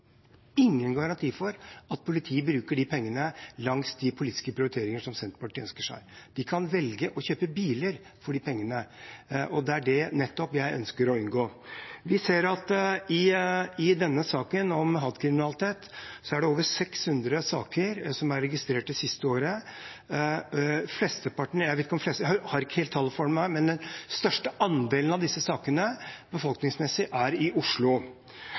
at politiet bruker pengene til de politiske prioriteringene som Senterpartiet ønsker seg. De kan velge å kjøpe biler for disse pengene, og det er nettopp det jeg ønsker å unngå. Vi ser at når det gjelder hatkriminalitet, er det over 600 saker som er registrert det siste året. Jeg har ikke tall for det her, men den største andelen av disse sakene, befolkningsmessig, er i Oslo.